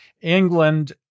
England